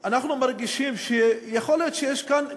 אנחנו מרגישים שיכול להיות שיש כאן,